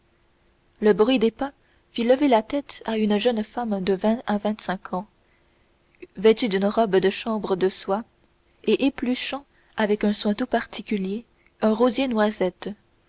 le bruit des pas fit lever la tête à une jeune femme de vingt à vingt-cinq ans vêtue d'une robe de chambre de soie et épluchant avec un soin tout particulier un rosier noisette